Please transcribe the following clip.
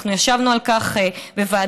אנחנו ישבנו על כך בוועדת